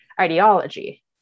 ideology